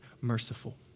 merciful